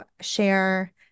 share